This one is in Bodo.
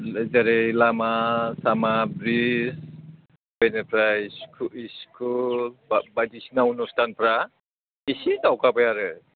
जेरै लामा सामा ब्रिड्स बेनिफ्राय स्कुल बा बायदिसिना अनुस्थानफ्रा एसे दावगाबाय आरो